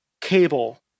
cable